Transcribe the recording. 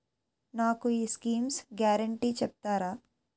నాకు ఈ schemes guarantee చెప్తారా?